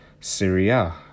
Syria